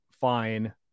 fine